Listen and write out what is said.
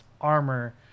armor